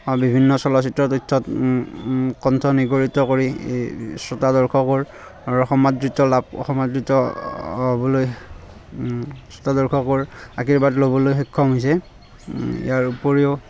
আৰু বিভিন্ন চলচ্ছিত্ৰ তথ্যত কণ্ঠ নিগৰিত কৰি এ শ্ৰোতা দৰ্শকৰ সমাদৃত লাভ সমাদৃত হ'বলৈ শ্ৰোতা দৰ্শকৰ আশীৰ্বাদ ল'বলৈ সক্ষম হৈছে ইয়াৰ উপৰিও